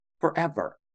forever